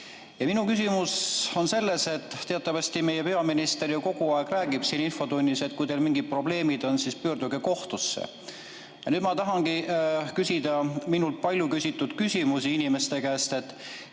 Minu küsimus on selles. Teatavasti meie peaminister kogu aeg räägib siin infotunnis, et kui teil on mingid probleemid, siis pöörduge kohtusse. Ja nüüd ma tahangi küsida minule palju esitatud küsimuse: keda me